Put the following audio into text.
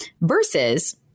versus